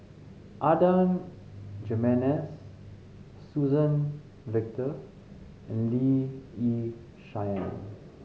Adan Jimenez Suzann Victor and Lee Yi Shyan